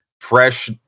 fresh